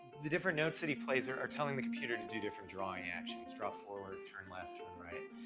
the different notes that he plays are, are telling the computer to do different drawing actions, drop forward, turn left, turn right,